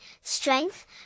strength